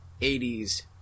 80s